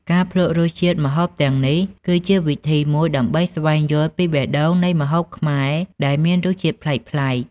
ការភ្លក្សរសជាតិម្ហូបទាំងនេះ គឺជាវិធីមួយដើម្បីស្វែងយល់ពីបេះដូងនៃម្ហូបខ្មែរ ដែលមានរសជាតិប្លែកៗ។